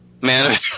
Man